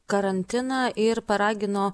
karantiną ir paragino